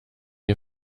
ihr